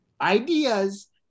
ideas